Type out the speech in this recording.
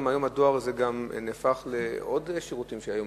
אפשר לקבל היום עוד שירותים בדואר.